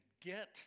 get